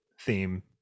theme